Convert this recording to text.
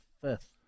fifth